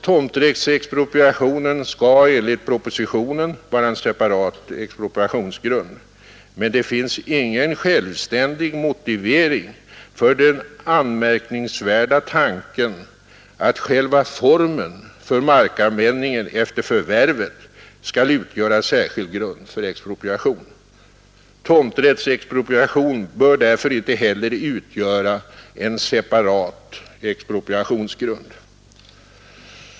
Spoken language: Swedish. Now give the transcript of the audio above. Tomträttsexpropriation skall enligt propositionen vara en separat expropriationsgrund. Men det finns ingen självständig motivering för den anmärkningsvärda tanken, att själva formen för markanvändningen efter förvärvet skall utgöra särskild grund för expropriation. Tomträttsexpropriation bör därför inte heller utgöra en separat expropriationsgrund.